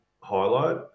highlight